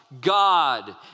God